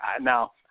Now